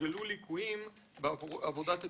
התגלו ליקויים בעבודת הדירקטוריון.